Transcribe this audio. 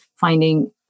finding